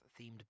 themed